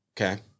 Okay